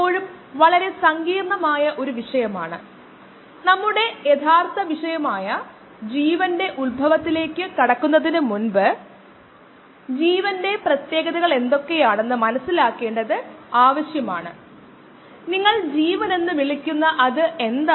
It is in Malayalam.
ബയോ റിയാക്ടറിൽ നിന്ന് വിളവെടുക്കുന്നതെന്താണ് ബയോ റിയാക്ടറിൽ നിന്ന് വിളവെടുക്കുന്ന ഈ ദ്രാവക പ്രവാഹത്തിൽ സൂക്ഷ്മജീവികളോടൊപ്പം നമുക്ക് താല്പര്യം ഉള്ള ഉൽപന്നവും പിന്നെ മറ്റ് വസ്തുക്കളും അടങ്ങിയിരിക്കുന്നു